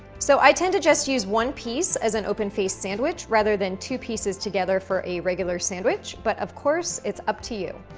so i tend to just use one piece as an open-faced sandwich, rather than two pieces together for a regular sandwich, but of course, it's up to you.